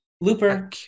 Looper